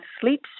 sleep